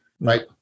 right